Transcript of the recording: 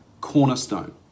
cornerstone